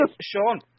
Sean